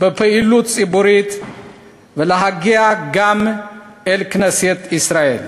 בפעילות ציבורית ולהגיע גם אל כנסת ישראל.